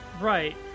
Right